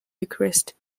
eucharist